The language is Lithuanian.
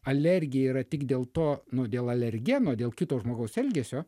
alergija yra tik dėl to nu dėl alergeno dėl kito žmogaus elgesio